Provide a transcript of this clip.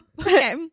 Okay